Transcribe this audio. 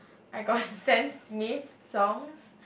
I got Sam-Smith songs